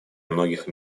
многих